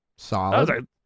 solid